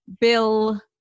bill